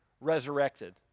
resurrected